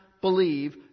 believe